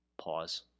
pause